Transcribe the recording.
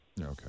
Okay